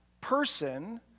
person